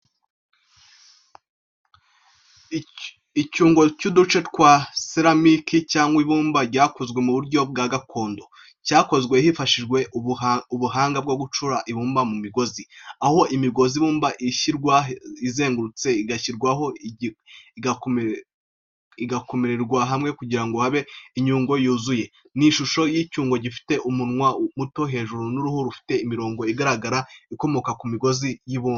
Icyungo cy’uduce twa seramiki cyangwa ibumba cyakozwe mu buryo bwa gakondo. Cyakozwe hifashishijwe ubuhanga bwo gucura ibumba mu migozi, aho imigozi y’ibumba ishyirwa izengurutse, igashyirwaho igahomekwa hamwe kugira ngo habe icyungo cyuzuye. Ni mu ishusho y’icyungo gifite umunwa muto hejuru n’uruhu rufite imirongo igaragara ikomoka ku migozi y’ibumba.